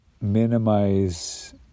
minimize